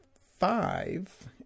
five